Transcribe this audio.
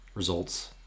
results